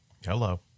Hello